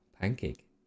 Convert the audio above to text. pancake